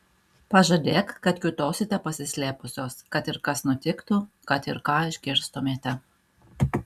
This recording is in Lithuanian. pažadėk kad kiūtosite pasislėpusios kad ir kas nutiktų kad ir ką išgirstumėte